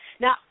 Now